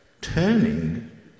turning